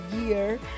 year